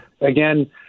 again